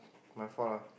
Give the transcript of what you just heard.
my fault lah